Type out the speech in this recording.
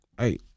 Hey